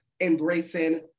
Embracing